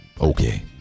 Okay